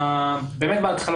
באמת בהתחלה,